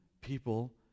people